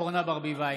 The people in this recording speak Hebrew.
אורנה ברביבאי,